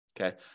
Okay